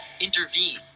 intervene